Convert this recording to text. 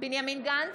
בנימין גנץ,